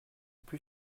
plus